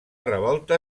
revolta